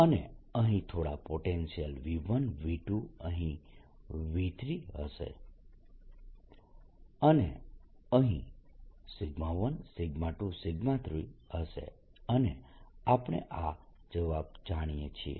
અને અહીં થોડા પોટેન્શિયલ V1 V2 અહીં V3 હશે અને અહીં 1 2 3 હશે અને આપણે આ જવાબ જાણીએ છીએ